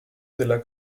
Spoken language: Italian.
della